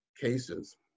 cases